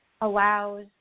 allows